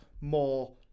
more